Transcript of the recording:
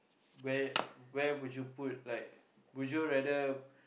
where where would you put like would you rather